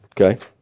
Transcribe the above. Okay